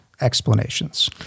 explanations